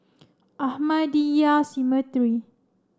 Ahmadiyya Cemetery